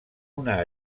una